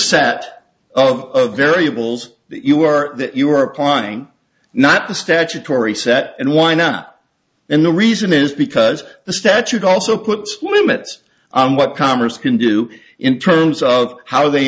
set of variables that you are that you are applying not the statutory set and why not and the reason is because the statute also puts limits on what congress can do in terms of how they